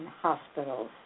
hospitals